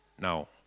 now